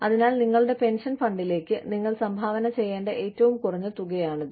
അതിനാൽ നിങ്ങളുടെ പെൻഷൻ ഫണ്ടിലേക്ക് നിങ്ങൾ സംഭാവന ചെയ്യേണ്ട ഏറ്റവും കുറഞ്ഞ തുകയാണിത്